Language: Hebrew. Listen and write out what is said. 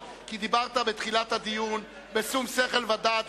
כי דיברת בתחילת הדיון בשום שכל ודעת,